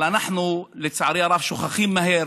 אנחנו, לצערי הרב, שוכחים מהר,